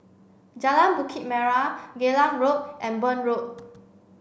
Jalan Bukit Merah Geylang Road and Burn Road